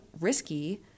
risky